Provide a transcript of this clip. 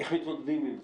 איך מתמודדים עם זה?